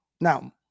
Now